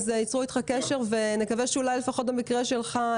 ייצרו איתך קשר ונקווה שאולי לפחות במקרה שלך,